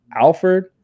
Alfred